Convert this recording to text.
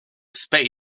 spade